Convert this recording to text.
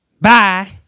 Bye